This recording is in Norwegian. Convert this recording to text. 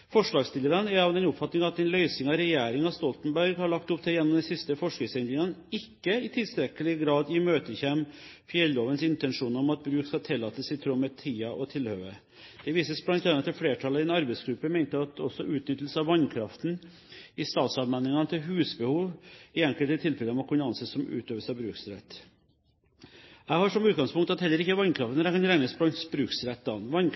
Forslagsstillerne er av den oppfatning at den løsningen regjeringen Stoltenberg har lagt opp til gjennom de siste forskriftendringene, ikke i tilstrekkelig grad imøtekommer fjellovens intensjoner, at bruk skal tillates i tråd med «tida og tilhøva». Det vises bl.a. til at flertallet i en arbeidsgruppe mente at også utnyttelsen av vannkraften i statsallmenningene «til husbehov» i enkelte tilfeller må kunne anses om utøvelse av bruksrett. Jeg har som utgangspunkt at heller ikke vannkraften